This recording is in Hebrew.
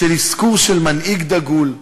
של אזכור של מנהיג דגול,